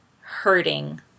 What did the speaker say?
hurting